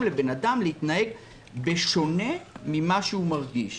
לאדם להתנהג בשונה ממה שהוא מרגיש.